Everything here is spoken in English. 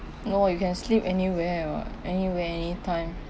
no you can sleep anywhere what anywhere anytime